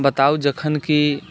बताउ जखन कि